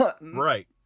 Right